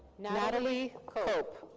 natalie cope.